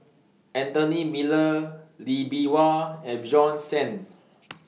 Anthony Miller Lee Bee Wah and Bjorn Shen